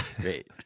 Great